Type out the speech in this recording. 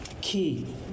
key